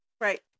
right